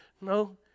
No